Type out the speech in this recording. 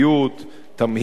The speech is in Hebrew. תמהיל המסים,